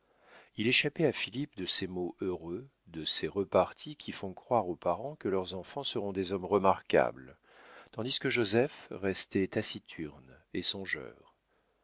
il échappait à philippe de ces mots heureux de ces reparties qui font croire aux parents que leurs enfants seront des hommes remarquables tandis que joseph restait taciturne et songeur